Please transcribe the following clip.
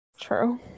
True